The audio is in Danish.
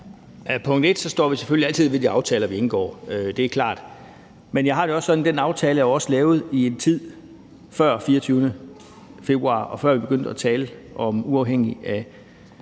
: Vi står selvfølgelig altid ved de aftaler, vi indgår – det er klart. Men jeg har det også sådan, at den aftale er lavet i en tid før den 24. februar, og før vi begyndte at tale om uafhængighed